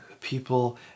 people